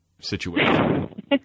situation